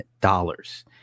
dollars